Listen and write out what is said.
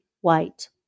white